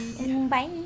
Bye